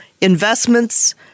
investments